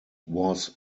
was